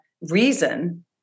reason